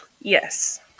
Yes